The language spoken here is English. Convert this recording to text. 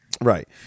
Right